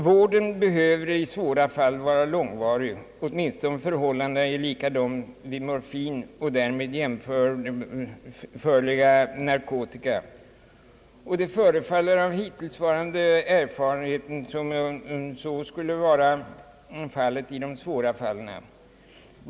Vården måste i svåra fall bli långvarig, åtminstone om förhållandena är likartade med dem vid missbruk av morfin och därmed jämförliga narkotika; och den hittillsvarande erfarenheten pekar på att det är så i de svåra fallen.